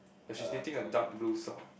but she's knitting a dark blue sock